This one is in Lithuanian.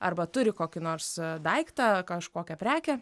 arba turi kokį nors daiktą kažkokią prekę